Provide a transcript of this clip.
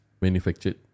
manufactured